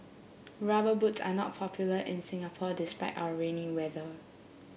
rubber boots are not popular in Singapore despite our rainy weather